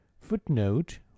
Footnote